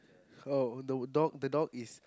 oh no dog the dog is